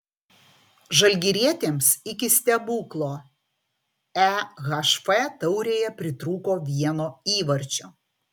žalgirietėms iki stebuklo ehf taurėje pritrūko vieno įvarčio